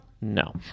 No